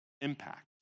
impact